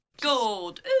gold